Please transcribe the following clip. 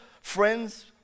friends